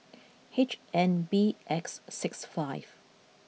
H N B X six five